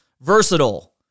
versatile